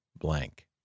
blank